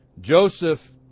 Joseph